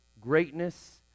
greatness